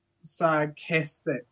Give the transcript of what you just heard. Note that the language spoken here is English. sarcastic